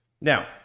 Now